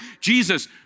Jesus